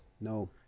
No